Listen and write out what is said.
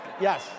Yes